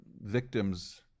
victims